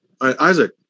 Isaac